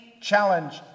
challenge